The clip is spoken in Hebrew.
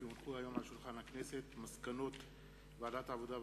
כי הונחו היום על שולחן הכנסת מסקנות ועדת העבודה,